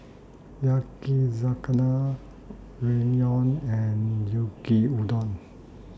Yakizakana Ramyeon and Yaki Udon